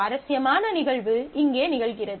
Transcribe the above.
சுவாரஸ்யமான நிகழ்வு இங்கே நிகழ்கிறது